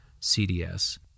CDS